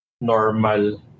normal